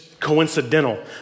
coincidental